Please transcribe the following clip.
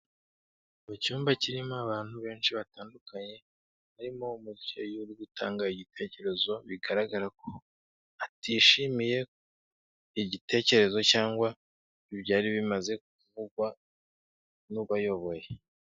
Mu cyumba kirimo abantu benshi batandukanye, harimo umubyeyi uri gutanga igitekerezo bigaragara ko atishimiye igitekerezo cyangwa ibyari bimaze kuvugwa n'ubayoboye.